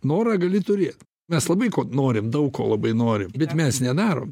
norą gali turėt mes labai ko norim daug ko labai norim bet mes nedarom